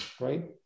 right